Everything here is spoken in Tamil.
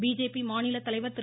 பிஜேபி மாநிலத் தலைவர் திரு